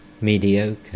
mediocre